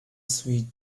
sweet